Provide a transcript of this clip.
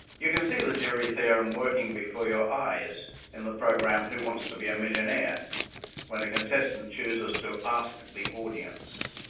you can see the jury theorem working before your eyes in the programme who wants to be a millionaire when a contestant chooses to ask the audience.